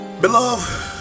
Beloved